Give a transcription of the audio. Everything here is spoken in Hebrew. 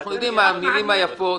אנחנו יודעים מה המילים היפות